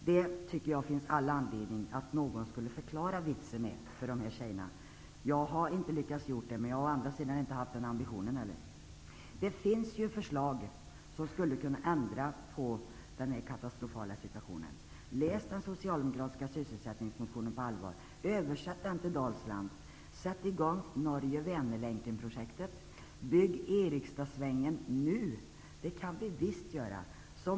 Det finns all anledning att någon skulle förklara vitsen med detta för dessa tjejer. Jag har inte lyckats, men jag har å andra sidan inte haft den ambitionen. Det finns förslag som skulle kunna förändra denna katastrofala situation. Läs den socialdemokratiska sysselsättningsmotionen på allvar och översätt den till förhållandena i Dalsland! Sätt i gång Norge-- Vänerlänken-projektet! Bygg Erikstadsvängen nu! Det kan vi göra.